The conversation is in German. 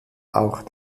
auch